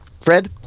Fred